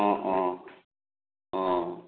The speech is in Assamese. অঁ অঁ অঁ